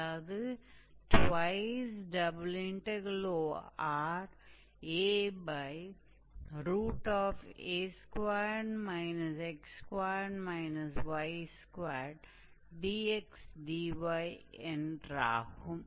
அதாவது 2Raa2 x2 y2 dxdyஎன்றாகும்